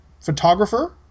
photographer